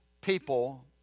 people